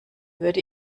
würde